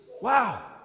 wow